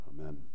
Amen